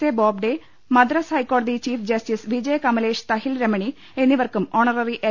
A Bobde Madras ഹൈക്കോടതി chief justice Vijaya Kamlesh Tahilramani എന്നിവർക്കും honorary L